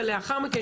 ולאחר מכן,